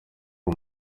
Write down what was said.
ari